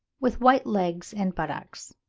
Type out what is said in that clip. with white legs and buttocks